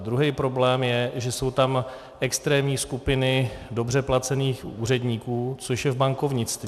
Druhý problém je, že jsou tam extrémní skupiny dobře placených úředníků, což je v bankovnictví.